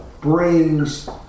brings